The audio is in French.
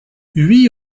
huit